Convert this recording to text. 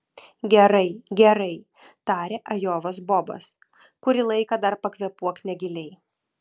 gerai gerai tarė ajovos bobas kurį laiką dar pakvėpuok negiliai